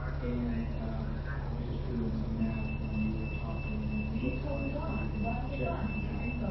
and i was just doing some math when you were talking. and it looks like, and you can check my math,